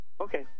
Okay